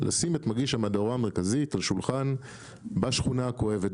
לשים את מגיש המהדורה המרכזית על שולחן בשכונה הכואבת,